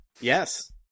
Yes